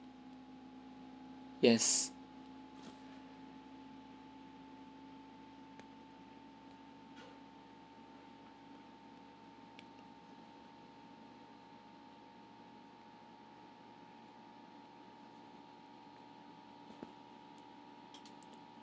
yes